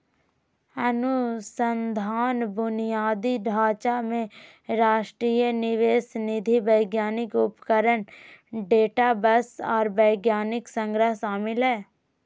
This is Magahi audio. अनुसंधान बुनियादी ढांचा में राष्ट्रीय निवेश निधि वैज्ञानिक उपकरण डेटाबेस आर वैज्ञानिक संग्रह शामिल हइ